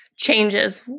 changes